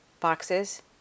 Boxes